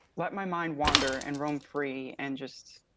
let my mind wander and roam free and just,